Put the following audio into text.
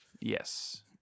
yes